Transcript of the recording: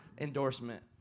endorsement